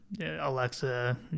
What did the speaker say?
Alexa